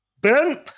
Ben